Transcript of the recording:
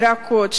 ירקות,